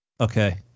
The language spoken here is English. Okay